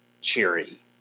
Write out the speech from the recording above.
cheery